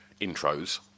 intros